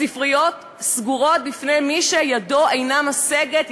הספריות סגורות בפני מי שידו אינה משגת,